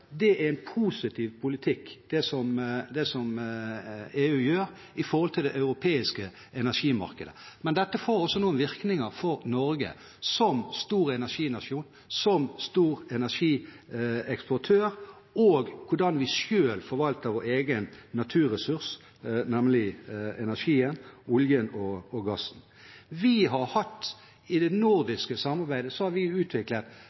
det er en positiv politikk – det som EU gjør – i forhold til det europeiske energimarkedet. Men dette får også noen virkninger for Norge som stor energinasjon, som stor energieksportør og for hvordan vi selv forvalter vår egen naturressurs, nemlig energien, oljen og gassen. I det nordiske samarbeidet har vi fjernet grensehinderet. Vi har et felles energimarked i Norden, noe som har